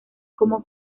como